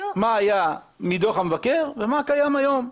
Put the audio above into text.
מה היה מדוח המבקר ומה קיים היום.